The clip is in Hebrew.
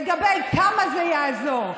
לגבי כמה זה יעזור.